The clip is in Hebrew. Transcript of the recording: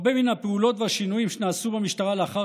הרבה מן הפעולות והשינויים שנעשו במשטרה לאחר